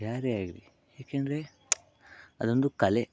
ಯಾರೇ ಆಗಲೀ ಏಕೆಂದರೆ ಅದೊಂದು ಕಲೆ